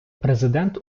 президент